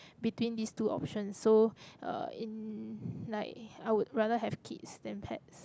between these two options so uh in like I would rather have kids than pets